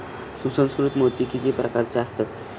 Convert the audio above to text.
सुसंस्कृत मोती किती प्रकारचे असतात?